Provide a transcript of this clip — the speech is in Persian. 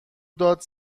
داد